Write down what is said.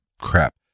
crap